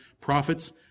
Prophets